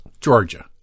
Georgia